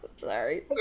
sorry